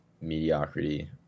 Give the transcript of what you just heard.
mediocrity